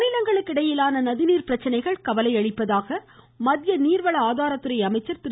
மாநிலங்களுக்கு இடையிலான நதிநீர் பிரச்சனைகள் கவலை அளிப்பதாக மத்திய நீர்வள ஆதாரத்துறை அமைச்சர் திரு